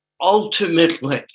ultimately